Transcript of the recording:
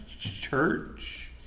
church